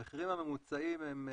המחירים הממוצעים הם,